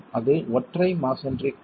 அது ஒரு ஒற்றை மஸோன்றி குழு